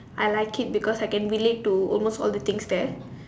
I like it because I can relate to almost all the things there